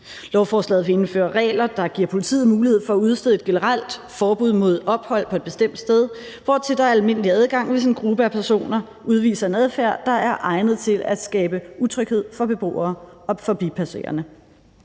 Lovforslaget vil indføre regler, der giver politiet mulighed for at udstede et generelt forbud mod ophold på et bestemt sted, hvortil der er almindelig adgang, hvis en gruppe af personer udviser en adfærd, der er egnet til at skabe utryghed for beboere og forbipasserende.